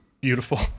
Beautiful